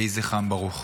יהי זכרם ברוך.